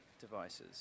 devices